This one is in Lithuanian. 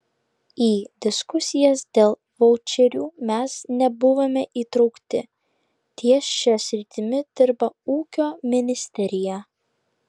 į diskusijas dėl vaučerių mes nebuvome įtraukti ties šia sritimi dirba ūkio ministerija